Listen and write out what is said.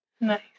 Nice